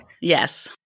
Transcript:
Yes